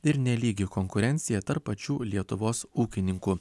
ir nelygi konkurencija tarp pačių lietuvos ūkininkų